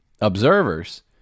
observers